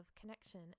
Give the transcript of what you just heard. connection